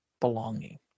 Belonging